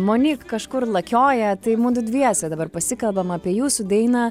monik kažkur lakioja tai mudu dviese dabar pasikalbam apie jūsų dainą